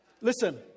Listen